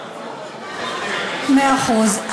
מאה אחוז,